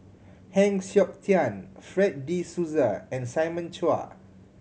Heng Siok Tian Fred De Souza and Simon Chua